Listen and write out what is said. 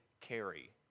carry